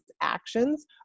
actions